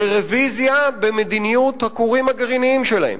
לרוויזיה במדיניות הכורים הגרעיניים שלהן,